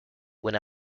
when